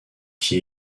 qui